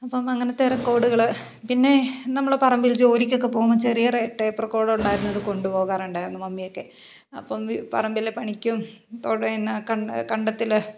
അപ്പം അങ്ങനത്തെ റെക്കോർഡുകൾ പിന്നെ നമ്മൾ പറമ്പിൽ ജോലിയ്ക്കൊക്കെ പോവുമ്പോൾ ചെറിയൊരു ടേപ്പ് റെക്കോർഡർ ഉണ്ടായിരുന്നതുകൊണ്ട് പോകാറുണ്ടായിരുന്നു മമ്മിയൊക്കെ അപ്പം ഈ പറമ്പിലെ പണിക്കും തൊടിയിൽനിന്ന് കണ്ടത്തിൽ